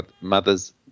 mother's